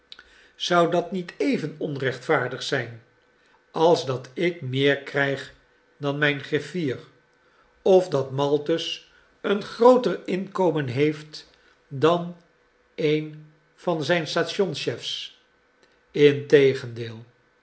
zou dat niet even onrechtvaardig zijn als dat ik meer krijg dan mijn griffier of dat maltus een grooter inkomen heeft dan een van zijn stationschefs integendeel